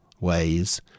ways